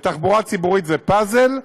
בתחבורה ציבורית זה פאזל,